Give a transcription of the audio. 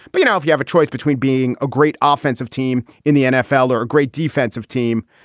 but you know, if you have a choice between being a great ah offensive team in the nfl or a great defensive team,